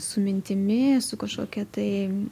su mintimi su kažkokia tai